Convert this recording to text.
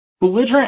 belligerent